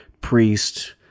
priest